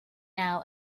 now